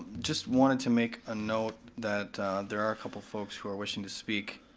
just wanted to make a note that there are a couple folks who are wishing to speak.